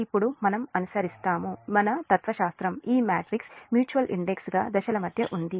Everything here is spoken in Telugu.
ఇప్పుడు మనం అనుసరిస్తారు మీ తత్వశాస్త్రం ఈ మ్యాట్రిక్స్ మ్యూచువల్ ఇండెక్స్ పగా దశల మధ్య ఉంది